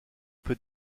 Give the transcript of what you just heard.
peut